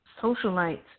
socialites